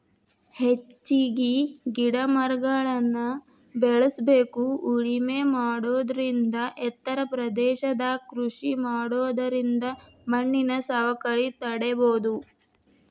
ಹೆಚ್ಚಿಗಿ ಮರಗಿಡಗಳ್ನ ಬೇಳಸ್ಬೇಕು ಉಳಮೆ ಮಾಡೋದರಿಂದ ಎತ್ತರ ಪ್ರದೇಶದಾಗ ಕೃಷಿ ಮಾಡೋದರಿಂದ ಮಣ್ಣಿನ ಸವಕಳಿನ ತಡೇಬೋದು